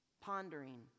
pondering